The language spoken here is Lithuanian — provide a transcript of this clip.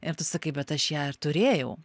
ir tu sakai bet aš ją turėjau